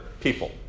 people